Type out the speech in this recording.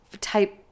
type